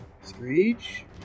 Screech